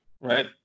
right